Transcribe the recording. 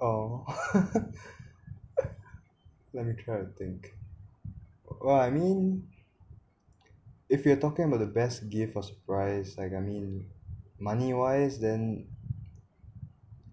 oh let me try to think well I mean if you are talking about the best gift or surprise like I mean money wise then